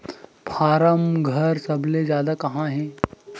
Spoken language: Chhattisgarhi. फारम घर सबले जादा कहां हे